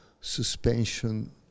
suspension